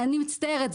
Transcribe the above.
אני מצטערת,